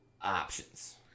options